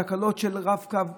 תקלות של רב-קו תקול,